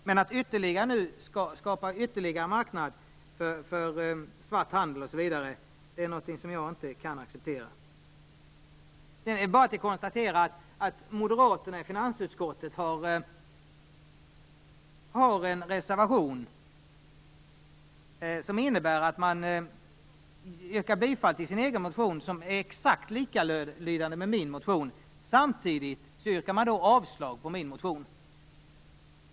Men att nu skapa ytterligare en marknad för svart handel osv. är någonting som jag inte kan acceptera. Moderaterna i finansutskottet har en reservation som egentligen innebär att man yrkar bifall till sin egen motion, vilken har exakt samma lydelse som min motion. Samtidigt yrkar man avslag på min motion.